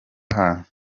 hanze